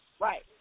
Right